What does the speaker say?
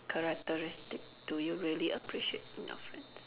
characteristic do you really appreciate in your friends